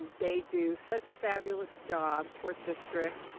they do such a fabulous job for district,